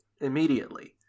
immediately